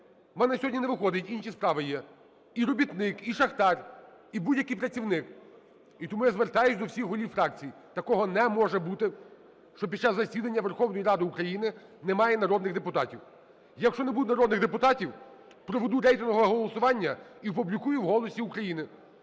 у мене сьогодні не виходить, інші справи є". І робітник, і шахтар, і будь-який працівник. І тому я звертаюся до всіх голів фракцій: такого не може бути, щоб під час засідання Верховної Ради України немає народних депутатів. Якщо не буде народних депутатів, проведу рейтингове голосування і опублікую в "Голосі України".